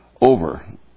over